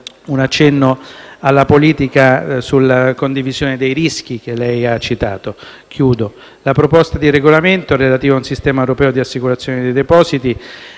un accenno alla politica sulla condivisione dei rischi, che lei ha citato. La proposta di regolamento relativa a un sistema europeo di assicurazione dei depositi